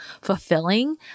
fulfilling